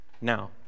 Now